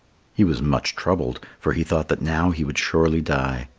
he was much troubled, for he thought that now he would surely die,